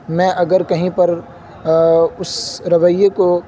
میں اگر کہیں پر اس رویے کو